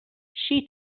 she